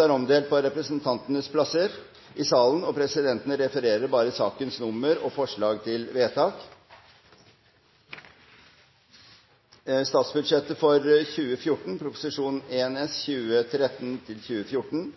er omdelt på representantenes plasser i salen, og presidenten refererer bare sakenes nummer og forslag til vedtak. Statsbudsjettet 2014 Skatter og avgifter – lovendringer (Prop. 1 LS Nasjonalbudsjettet 2014